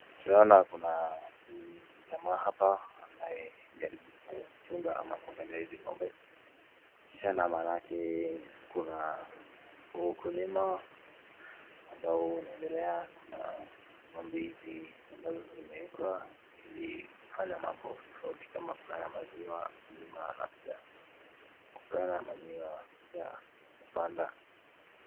Tunaona kuna mjamaa hapa, anaye, jaribu kuchunga ama kuangalia hizi ngombe, kisha na manake, kuna, ukulima, ambao unaendelea, kuna, ngombe hizi ambazo zimeekwa, ili, kufanya mambo tofauti, kama kukama maziwa, kulima na pia, kupeana (cs)manure(cs)ya kupanda.